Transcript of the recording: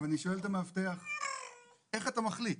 אני שואל את המאבטח: איך אתה מחליט?